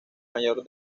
mayor